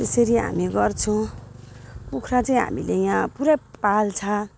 त्यसरी हामी गर्छौँ कुखुरा चाहिँ हामीले यहाँ पुरै पाल्छ